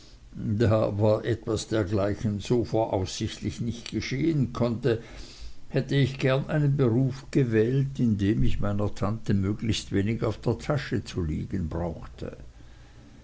da aber etwas dergleichen voraussichtlich nicht geschehen konnte hätte ich gern einen beruf gewählt in dem ich meiner tante möglichst wenig auf der tasche zu liegen brauchte